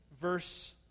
verse